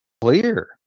clear